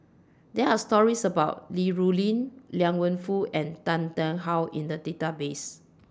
There Are stories about Li Rulin Liang Wenfu and Tan Tarn How in The Database